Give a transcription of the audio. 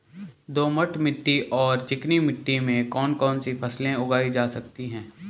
दोमट मिट्टी और चिकनी मिट्टी में कौन कौन सी फसलें उगाई जा सकती हैं?